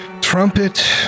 trumpet